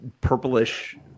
purplish